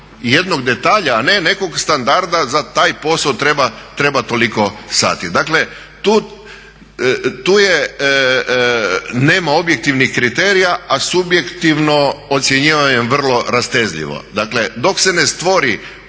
jednog detalja, a ne nekog standarda za taj posao treba toliko sati. Dakle, tu nema objektivnih kriterija, a subjektivno ocjenjivanje je vrlo rastezljivo. Dakle dok se ne stvori